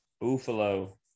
Buffalo